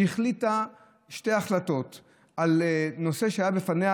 היא החליטה שתי החלטות בנושא שהיה בפניה,